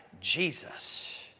Jesus